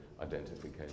identification